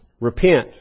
Repent